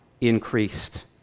increased